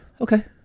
Okay